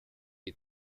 les